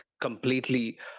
completely